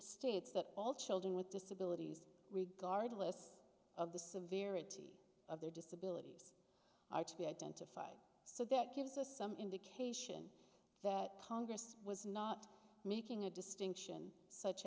states that all children with disabilities regardless of the severity of their disabilities are to be identified so that gives us some indication that congress was not making a distinction such